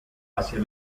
hacia